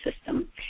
system